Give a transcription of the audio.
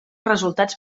resultats